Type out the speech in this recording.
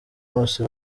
bose